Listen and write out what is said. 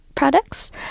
products